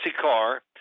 car